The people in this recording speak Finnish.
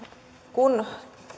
kun